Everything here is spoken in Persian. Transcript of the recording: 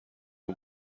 اون